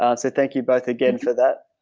ah so thank you both again for that.